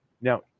now